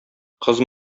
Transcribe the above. кыз